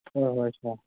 ꯍꯣꯏ ꯍꯣꯏ ꯁꯥꯔ